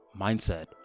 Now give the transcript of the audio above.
mindset